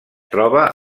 troba